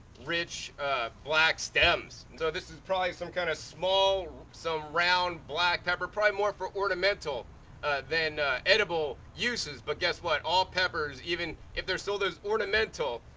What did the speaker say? rich black stems. and so this is probably some kind of small, some round, black pepper, probably more for ornamental than edible uses, but guess what? all peppers, even if they're still those ornamental,